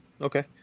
Okay